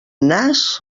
nas